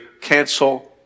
cancel